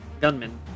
gunman